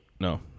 No